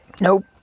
Nope